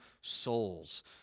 souls